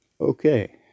Okay